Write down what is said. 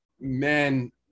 men